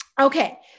Okay